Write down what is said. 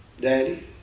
Daddy